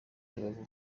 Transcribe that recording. rubavu